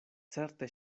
certe